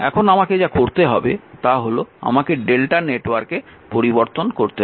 এখন আমাকে যা করতে হবে তা হল আমাকে Δ নেটওয়ার্কে পরিবর্তন করতে হবে